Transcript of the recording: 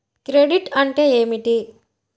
Credit అంటే ఏమిటి?